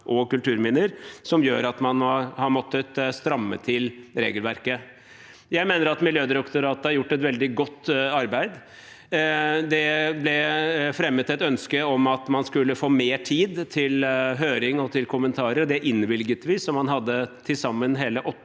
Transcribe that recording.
og kulturminner – som gjør at man har måttet stramme til regelverket. Jeg mener at Miljødirektoratet har gjort et veldig godt arbeid. Det ble fremmet et ønske om at man skulle få mer tid til høring og til kommentarer, og det innvilget vi, så man hadde til sammen hele